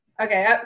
Okay